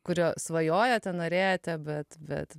kurio svajojote norėjote bet bet